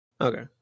Okay